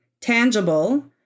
tangible